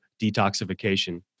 detoxification